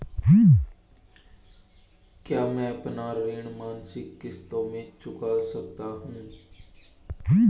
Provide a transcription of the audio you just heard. क्या मैं अपना ऋण मासिक किश्तों में चुका सकता हूँ?